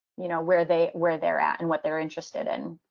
you know, where they where they're at and what they're interested in.